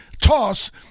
toss